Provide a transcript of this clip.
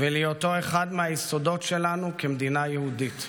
ולהיותו אחד היסודות שלנו המדינה יהודית.